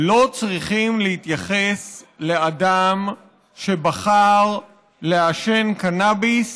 לא צריכים להתייחס לאדם שבחר לעשן קנאביס